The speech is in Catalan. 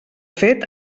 fet